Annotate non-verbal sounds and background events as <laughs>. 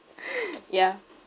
<laughs> ya